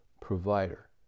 provider